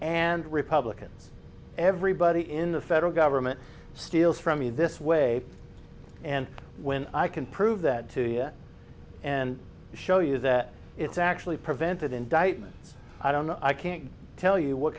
and republicans everybody in the federal government steals from you this way and when i can prove that to you and show you that it's actually prevented indictment i don't know i can't tell you what